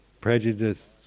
prejudice